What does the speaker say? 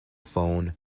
phone